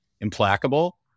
implacable